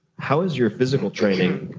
how was your physical training?